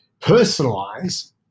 personalize